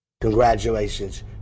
Congratulations